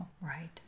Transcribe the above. Right